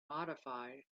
modify